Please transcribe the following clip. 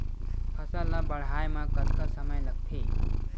फसल ला बाढ़े मा कतना समय लगथे?